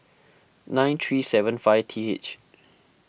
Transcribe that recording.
nine three seven five T H